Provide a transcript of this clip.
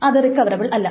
ഇത് റിക്കവറബിൾ അല്ല